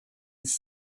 his